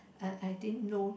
I I didn't know